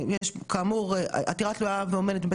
העליון בעניין הניכויים בעניין הזה,